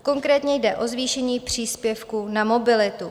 Konkrétně jde o zvýšení příspěvku na mobilitu.